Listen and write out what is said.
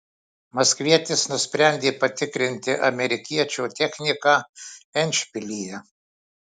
maskvietis nusprendė patikrinti amerikiečio techniką endšpilyje